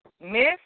Miss